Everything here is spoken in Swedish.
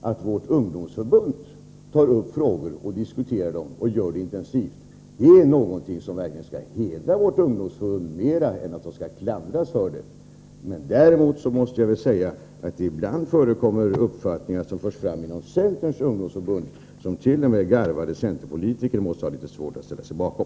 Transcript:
Att vårt ungdomsförbund diskuterar olika frågor intensivt är något som skall hedra ungdomsförbundet mer än förskaffa det klander. Däremot måste jag säga att det ibland inom centerns ungdomsförbund förs fram uppfattningar som t.o.m. garvade centerpolitiker måste ha litet svårt att ställa sig bakom.